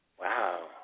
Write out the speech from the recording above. Wow